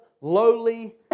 lowly